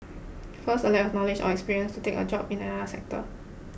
first a lack of knowledge or experience to take a job in another sector